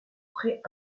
pré